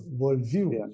worldview